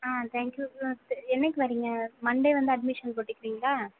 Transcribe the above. ah thank you sir என்னைக்கு வரீங்க Monday வந்து அட்மிஷன் போட்டுக்குறிங்களா